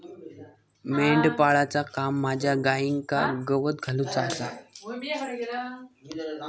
मेंढपाळाचा काम माझ्या गाईंका गवत घालुचा आसा